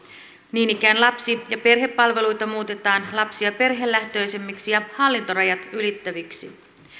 niin ikään lapsi ja perhepalveluita muutetaan lapsi ja perhelähtöisemmiksi ja hallintorajat ylittäviksi